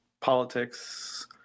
politics